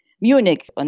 Munich